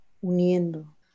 uniendo